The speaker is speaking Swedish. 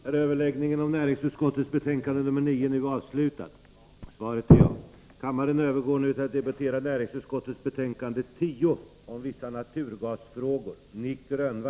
Kammaren övergår nu till att debattera finansutskottets betänkande 10 om riksdagens revisorers rätt att granska statlig verksamhet som bedrivs i bolagsform m.m.